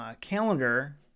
Calendar